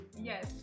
Yes